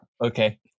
okay